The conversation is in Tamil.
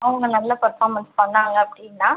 அவங்க நல்லா பெர்ஃபார்மென்ஸ் பண்ணிணாங்க அப்படின்னா